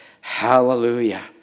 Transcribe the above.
Hallelujah